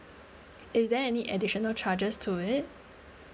is there any additional charges to it